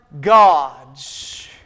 God's